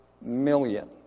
million